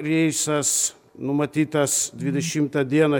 reisas numatytas dvidešimtą dieną